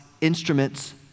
instruments